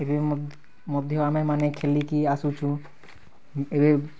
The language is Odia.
ଏବେ ମଧ୍ୟ ଆମେମାନେ ଖେଲିକି ଆସୁଛୁ ଏବେ